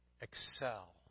excel